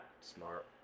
Smart